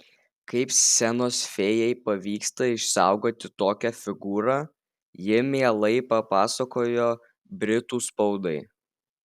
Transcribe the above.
kaip scenos fėjai pavyksta išsaugoti tokią figūrą ji mielai papasakojo britų spaudai